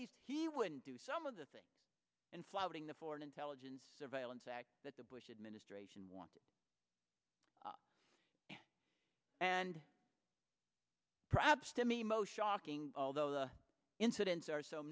least he would do some of the things and flouting the foreign intelligence surveillance act that the bush administration wanted and perhaps to me motion although the incidents are so